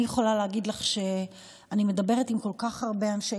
אני יכולה להגיד לך שאני מדברת עם כל כך הרבה אנשי